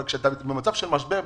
אבל כשאתה במצב של משבר,